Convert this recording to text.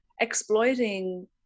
exploiting